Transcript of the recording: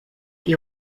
die